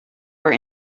were